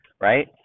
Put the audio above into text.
Right